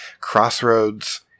crossroads